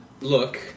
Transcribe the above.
look